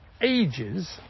ages